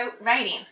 writing